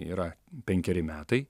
yra penkeri metai